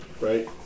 Right